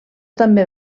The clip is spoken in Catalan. també